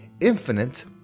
infinite